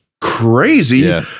crazy